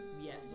Yes